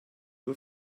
nur